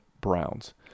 Browns